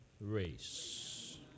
Race